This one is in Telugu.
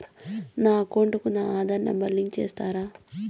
నా అకౌంట్ కు నా ఆధార్ నెంబర్ లింకు చేసారా